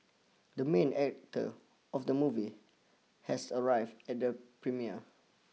the main actor of the movie has arrived at the premiere